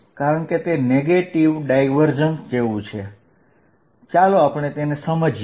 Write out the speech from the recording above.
કારણ કે તે નેગેટીવ જેવું છે ચાલો આપણે સમજીએ